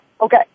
Okay